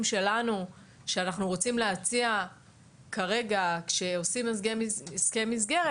שלנו שאנחנו רוצים להציע כרגע כשעושים הסכם מסגרת,